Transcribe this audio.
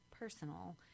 personal